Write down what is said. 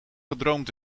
gedroomd